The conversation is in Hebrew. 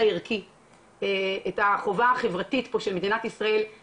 אני חושב שחשוב שהוועדה תשמע אותם.